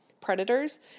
predators